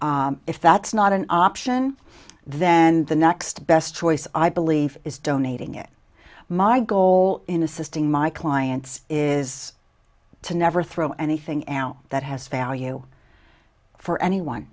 if that's not an option then the next best choice i believe is donating it my goal in assisting my clients is to never throw anything out that has value for anyone